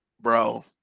bro